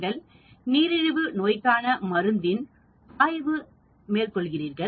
நீங்கள் நீரிழிவு நோய்க்கான மருந்தின் ஆய்வு மேற்கொள்கிறார்கள்